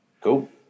cool